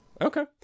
Okay